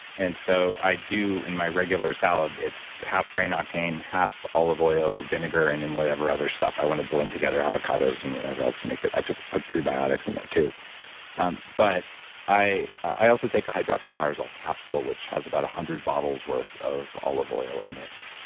and so i do, in my regular salad, it's half brain octane, half olive oil vinegar, and then and whatever other stuff i want to blend together, avocados and whatever else to make it. i put prebiotics in there too um but i i also take a hydroxytyrosol capsule, which has about a hundred bottles worth of olive oil in it.